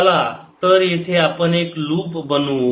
चला तर येथे आपण एक लुप बनवू